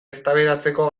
eztabaidatzeko